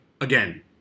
Again